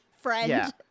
friend